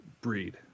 breed